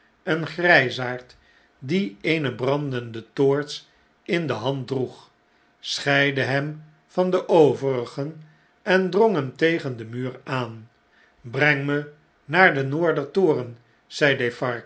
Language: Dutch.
een grijsaard die eene brandende toorts in de hand droeg scheidde hem van de overigen en drong hem tegen den muur aan breng me naar den noorder toren